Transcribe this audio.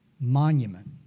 monument